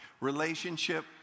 relationship